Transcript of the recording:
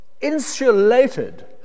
insulated